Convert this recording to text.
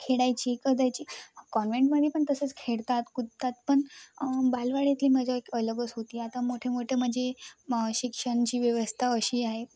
खेळायची कुदायची कॉन्वेंटमध्ये पण तसंच खेळतात कुदतात पण बालवाडीतली मजा एक अलगच होती आता मोठे मोठे म्हणजे शिक्षणाची व्यवस्था अशी आहे